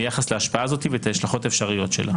ביחס להשפעה הזאת ואת ההשלכות האפשריות שלה.